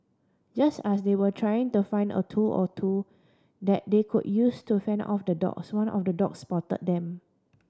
just as they were trying to find a tool or two that they could use to fend off the dogs one of the dogs spotted them